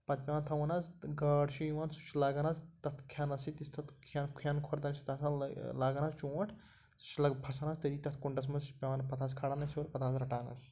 پَتہٕ پٮ۪وان تھاوُن حظ گٲڈ چھُ یِوان سُہ چھُ لَگن حظ تَتھ کھٮ۪نَس سۭتۍ یُس تَتھ کھٮ۪ن کھٮ۪ن کھۄر تام چھِ تَتھ لاگن حظ چونٛٹھ سُہ چھُ لَگ پھسان حظ تٔتی تَتھ کُنڈَس منٛز سُہ چھِ پٮ۪وان پَتہٕ حظ کھالان أسۍ ہیوٚر پَتہٕ حظ رٹان أسۍ